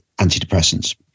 antidepressants